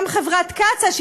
גם חברת קצא"א,